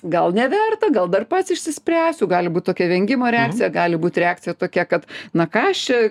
gal neverta gal dar pats išsispręsiu gali būt tokia vengimo reakcija gali būt reakcija tokia kad na ką aš čia